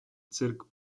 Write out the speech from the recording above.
cyrk